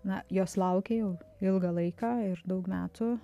na jos laukia jau ilgą laiką ir daug metų